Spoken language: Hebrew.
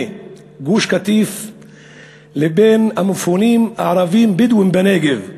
גוש-קטיף לבין המפונים הערבים הבדואים בנגב.